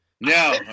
No